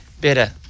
better